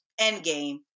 Endgame